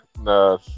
no